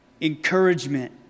encouragement